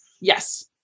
Yes